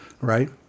right